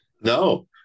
no